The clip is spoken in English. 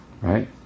right